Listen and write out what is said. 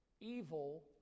evil